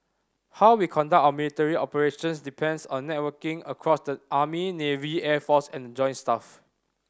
how we conduct our military operations depends on networking across the army navy air force and the joint staff